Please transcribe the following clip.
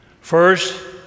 First